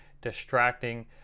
distracting